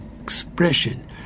expression